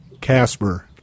Casper